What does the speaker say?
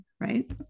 Right